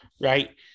Right